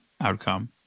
outcome